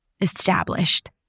established